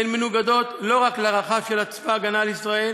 מנוגדות לא רק לערכיו של צבא ההגנה לישראל